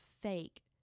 fake